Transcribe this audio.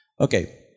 Okay